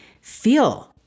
feel